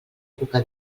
cuca